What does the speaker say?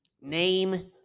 name